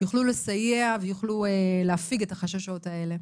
יוכלו לסייע ויוכלו להפיג את החששות האלה.